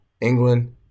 England